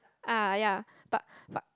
ah ya but but